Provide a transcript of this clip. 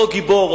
אותו גיבור,